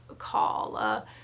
call